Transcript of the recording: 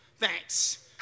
Thanks